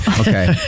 okay